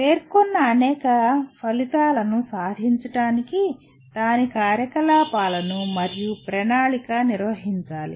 పేర్కొన్న అనేక ఫలితాలను సాధించడానికి దాని కార్యకలాపాలను మరియు ప్రణాళిక నిర్వహించాలి